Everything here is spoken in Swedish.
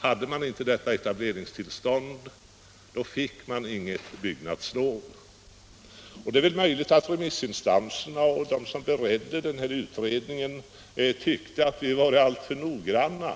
Hade man inte detta eta — Samordnad bleringstillstånd fick man inget byggnadslov. sysselsättnings och Det är möjligt att remissinstanserna och de som beredde utredningen = regionalpolitik tyckte att vi var alltför noggranna,